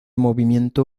movimiento